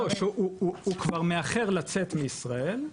כשהוא כבר מאחר לצאת מישראל,